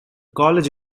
college